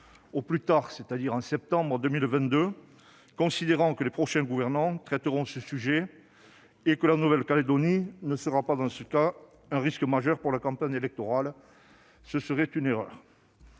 au plus tard en septembre 2022, considérant que les prochains gouvernants traiteront ce sujet et que la Nouvelle-Calédonie ne représentera pas, dans ce cas, un risque majeur pour la campagne électorale. Ce serait une erreur